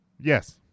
Yes